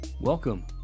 Welcome